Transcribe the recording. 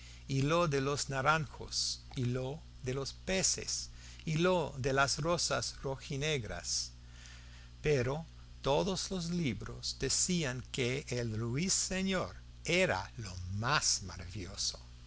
y lo de los naranjos y lo de los peces y lo de las rosas rojinegras pero todos los libros decían que el ruiseñor era lo más maravilloso